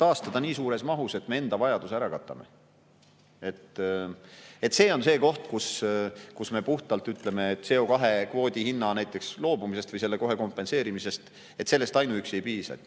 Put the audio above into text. taastada nii suures mahus, et me enda vajaduse ära katame. See on see koht, kus puhtalt näiteks CO2‑kvoodi hinnast loobumisest või selle kohe kompenseerimisest ainuüksi ei piisa, sest